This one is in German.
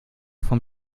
vom